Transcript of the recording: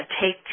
take